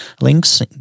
links